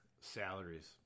salaries